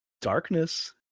Darkness